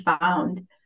found